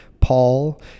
Paul